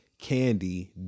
Candy